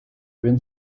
він